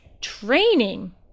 Training